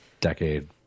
decade